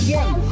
one